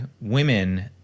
women